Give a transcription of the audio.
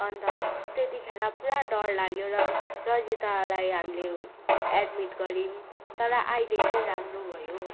अन्त त्यतिखेर पुरा डर लाग्यो र रजितालाई हामीले एडमिट गऱ्यौँ तर अहिले चाहिँ राम्रो भयो